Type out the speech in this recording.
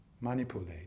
manipulate